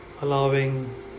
allowing